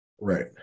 right